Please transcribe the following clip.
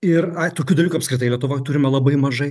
ir tokių dalykų apskritai lietuvoj turime labai mažai